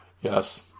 yes